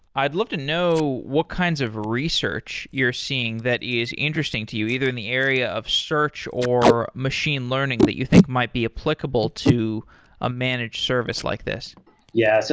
i'd love to know what kinds of research you're seeing that is interesting to you, either in the area of search or machine learning that you think might be applicable to a managed service like this yeah. so